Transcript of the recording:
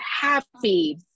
happy